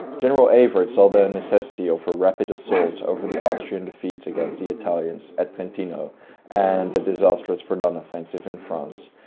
general evert saw the and necessity of a rapid assault after the austrian defeat against the italians at trentino and the disastrous verdun offensive in france.